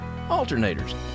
alternators